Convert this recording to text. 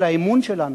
של האמון שלנו,